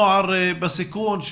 נוער בסיכון,